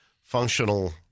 functional